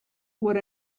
what